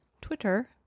Twitter